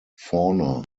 fauna